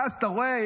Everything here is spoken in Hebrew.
ואז אתה רואה,